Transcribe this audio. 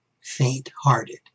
faint-hearted